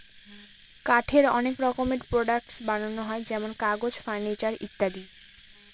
কাঠের অনেক রকমের প্রডাক্টস বানানো হয় যেমন কাগজ, ফার্নিচার ইত্যাদি